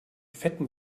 fetten